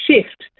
shift